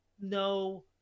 no